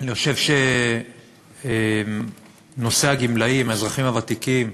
אני חושב שנושא הגמלאים, האזרחים הוותיקים,